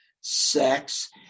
sex